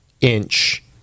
inch